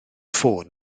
ffôn